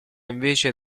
invece